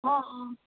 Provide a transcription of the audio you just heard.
অঁ অঁ